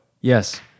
Yes